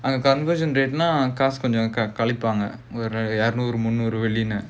conversion rate னா காசு கொஞ்சம் கலிப்பாங்க ஒரு இருநூறு வெள்ளின்னு:kaasu konjam kalippaanga oru irunooru vellinu